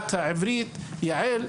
בידיעת העברית, יע"ל.